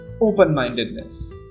open-mindedness